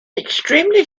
extremely